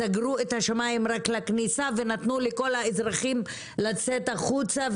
סגרו את השמיים רק לכניסה ונתנו לכל האזרחים לצאת החוצה,